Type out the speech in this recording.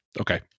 Okay